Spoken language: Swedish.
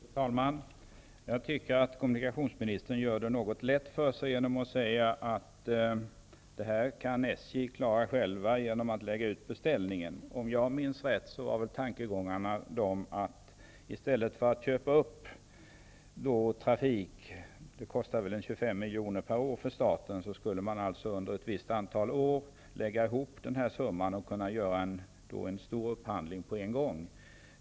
Fru talman! Jag tycker att kommunikationsministern gör det lätt för sig när han säger att SJ kan klara detta själv genom att lägga ut beställningen. Om jag minns rätt var väl tankegångarna sådana, att i stället för att köpa trafik för en kostnad av ca 25 milj.kr. per år för staten, skulle denna summa läggas ihop för motsvarande visst antal år och en stor upphandling göras på en gång.